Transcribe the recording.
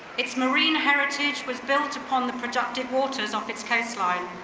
its marine heritage was built upon the productive waters off its coastline.